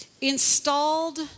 installed